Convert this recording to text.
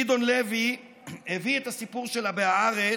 גדעון לוי הביא את הסיפור שלה בהארץ